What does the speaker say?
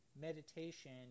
meditation